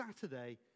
Saturday